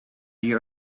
you